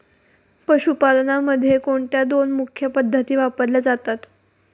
पशुपालनामध्ये कोणत्या दोन मुख्य पद्धती वापरल्या जातात?